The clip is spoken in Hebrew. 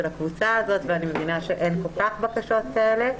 הקבוצה הזאת ואני מבינה שאין כל כך הרבה בקשות כאלה.